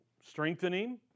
strengthening